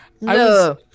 No